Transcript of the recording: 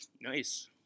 Nice